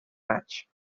match